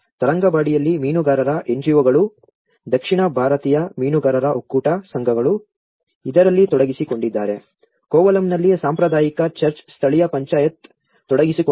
ತರಂಗಂಬಾಡಿಯಲ್ಲಿ ಮೀನುಗಾರರ ಎನ್ಜಿಒಗಳು ದಕ್ಷಿಣ ಭಾರತೀಯ ಮೀನುಗಾರರ ಒಕ್ಕೂಟ ಸಂಘಗಳು ಇದರಲ್ಲಿ ತೊಡಗಿಸಿಕೊಂಡಿದ್ದರೆ ಕೋವಲಂನಲ್ಲಿ ಸಾಂಪ್ರದಾಯಿಕ ಚರ್ಚ್ ಸ್ಥಳೀಯ ಪಂಚಾಯತ್ ತೊಡಗಿಸಿಕೊಂಡಿದೆ